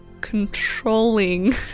controlling